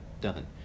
done